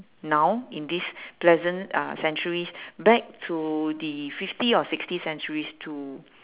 now in this present uh centuries back to the fifty or sixty centuries to